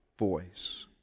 voice